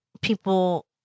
people